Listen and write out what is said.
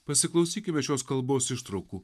pasiklausykime šios kalbos ištraukų